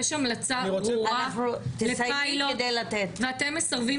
יש המלצה ברורה לפיילוט ואתם מסרבים